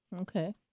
okay